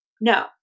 No